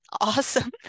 Awesome